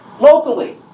locally